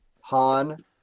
Han